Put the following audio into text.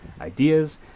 ideas